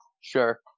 sure